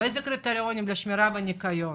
איזה קריטריונים היו לשירה וניקיון?